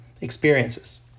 experiences